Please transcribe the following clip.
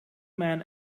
men